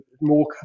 more